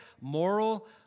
moral